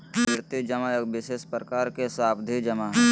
आवर्ती जमा एक विशेष प्रकार के सावधि जमा हइ